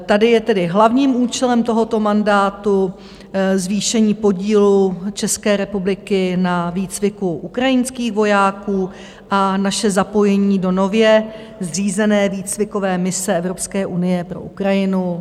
Tady je tedy hlavním účelem tohoto mandátu zvýšení podílu České republiky na výcviku ukrajinských vojáků a naše zapojení do nově zřízené výcvikové mise Evropské unie pro Ukrajinu.